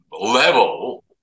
level